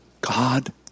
God